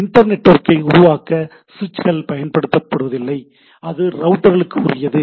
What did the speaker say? inter நெட்வொர்க்கை உருவாக்க சுவிட்சுகள் பயன்படுத்தப்படுவதில்லை அது ரவுட்டர்க்கு உரியது